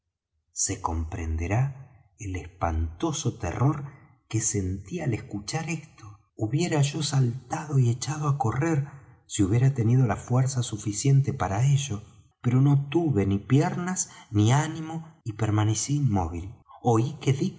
se comprenderá el espantoso terror que sentí al escuchar esto hubiera yo saltado y echado á correr si hubiera tenido la fuerza suficiente para ello pero no tuve ni piernas ni ánimo y permanecí inmóvil oí que dick